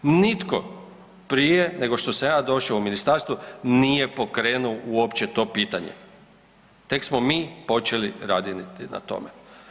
Nitko prije nego što sam ja došao u ministarstvo nije pokrenuo uopće to pitanje, tek smo mi počeli raditi na tome.